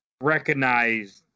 recognize